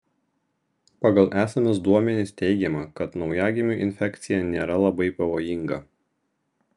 pagal esamus duomenis teigiama kad naujagimiui infekcija nėra labai pavojinga